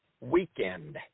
weekend